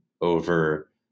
over